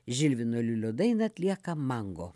žilvino liulio dainą atlieka mango